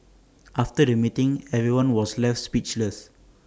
after the meeting everyone was left speechless